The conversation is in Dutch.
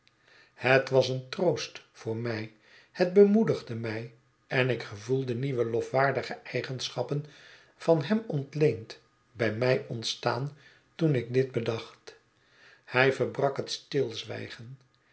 het was een troost voor mij het bemoedigde mij en ik gevoelde nieuwe lofwaardige eigenschappen van hem ontleend bij mij ontstaan toen ik dit bedacht hij verbrak het stilzwijgen